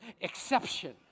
exception